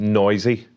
noisy